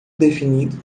definido